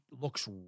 looks